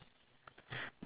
that's not normal